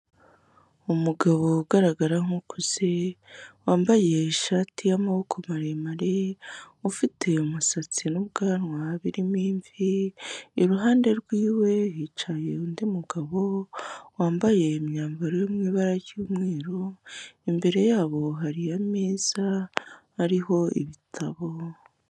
Umugabo ugaragara nk'ukuze wambaye ishati y'amaboko maremare, ufite umusatsi n'ubwanwa birimo imvi, iruhande rwiwe hicaye undi mugabo wambaye imyambaro yo mu ibara ry'umweru, imbere yabo hari ameza ariho ibitabo.